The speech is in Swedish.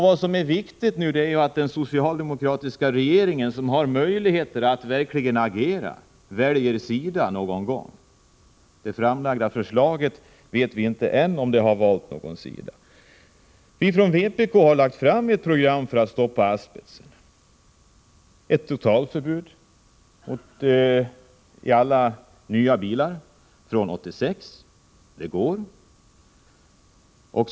Vad som är viktigt nu är ju att den socialdemokratiska regeringen, som har möjligheter att verkligen agera, väljer sida någon gång. Om man med det framlagda förslaget har valt någon sida vet vi inte än. Vi från vpk har lagt fram ett program för att stoppa asbesten. Ett totalförbud mot asbest i alla nya bilar från 1986 — det går att genomföra.